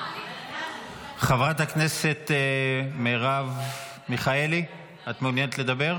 חברת הכנסת מרב מיכאלי, את מעוניינת לדבר?